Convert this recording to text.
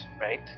right